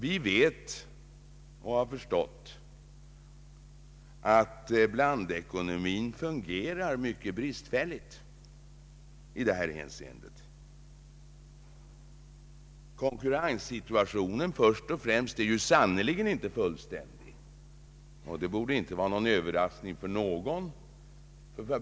Vi vet och har förstått att blandekonomin fungerar mycket bristfälligt i detta hänseende. Konkurrenssituationen först och främst är sannerligen inte fullständig. Det borde inte vara någon överraskning för någon.